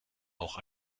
auch